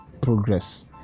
progress